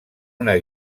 una